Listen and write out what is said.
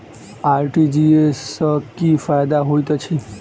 RTGS सँ की फायदा होइत अछि?